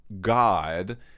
God